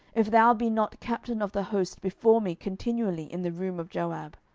if thou be not captain of the host before me continually in the room of joab.